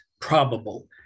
probable